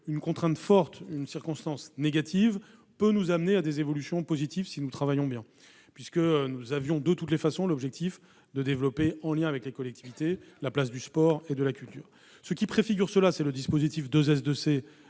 qu'une contrainte forte, une circonstance négative, peut amener des évolutions positives si nous travaillons bien. Nous avions de toute façon pour objectif de développer, en lien avec les collectivités, la place du sport et de la culture à l'école. Le dispositif 2S2C,